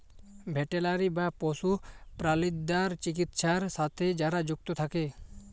veterinary বা পশু প্রালিদ্যার চিকিৎছার সাথে যারা যুক্ত থাক্যে